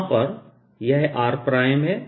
यहां पर यह r है